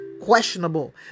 questionable